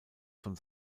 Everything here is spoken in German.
von